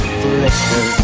flicker